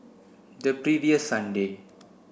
the previous Sunday